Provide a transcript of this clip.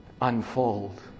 unfold